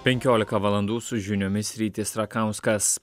penkiolika valandų su žiniomis rytis rakauskas